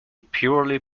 purely